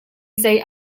zei